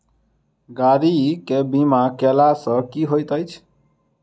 गाड़ी केँ बीमा कैला सँ की होइत अछि?